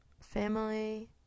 family